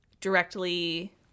directly